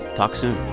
talk soon